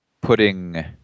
putting